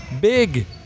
Big